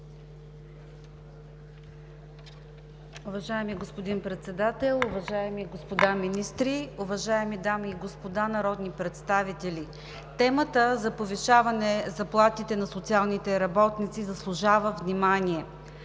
Уважаеми господин Председател, уважаеми господа министри, уважаеми дами и господа народни представители! Темата за повишаване заплатите на социалните работници заслужава внимание.